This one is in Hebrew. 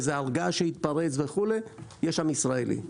איזה הר געש שהתפרץ וכו' יש שם ישראלים.